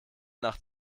nach